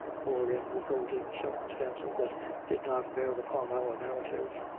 or in withholding circumstances that did not bear upon our narrative.